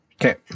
okay